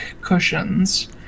cushions